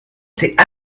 c’est